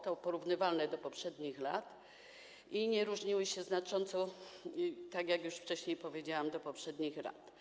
To jest porównywalne do poprzednich lat i nie różniło się znacząco, tak jak już wcześniej powiedziałam, w stosunku do poprzednich lat.